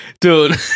dude